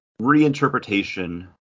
reinterpretation